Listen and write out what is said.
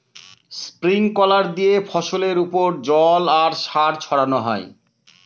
sprinkler দিয়ে ফসলের ওপর জল আর সার ছড়ানো হয়